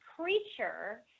creature